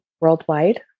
worldwide